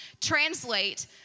translate